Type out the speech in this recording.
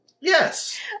Yes